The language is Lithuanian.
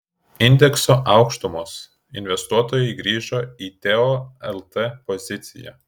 indekso aukštumos investuotojai grįžo į teo lt poziciją